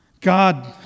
God